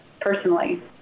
personally